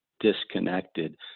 disconnected